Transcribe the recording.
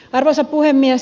arvoisa puhemies